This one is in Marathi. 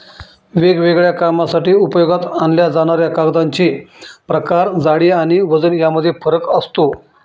वेगवेगळ्या कामांसाठी उपयोगात आणल्या जाणाऱ्या कागदांचे प्रकार, जाडी आणि वजन यामध्ये फरक असतो